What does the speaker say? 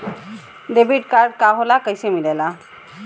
Debit card का होला कैसे मिलेला?